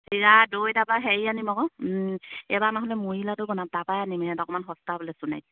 চিৰা দৈ তাৰপা হেৰি আনিম আকৌ এইবাৰ নহ'লে মুৰি লাডু বনাম তাপাই আনিম অকমান সস্তা বোলে সোণাৰীত